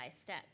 step